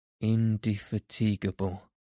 indefatigable